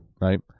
Right